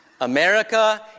America